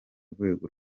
rwego